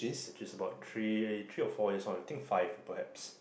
which is about three three or four years one I think five perhaps